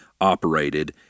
operated